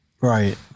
Right